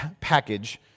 package